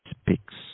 speaks